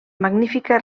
magnífica